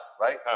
right